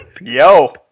Yo